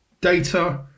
Data